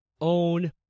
own